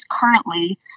currently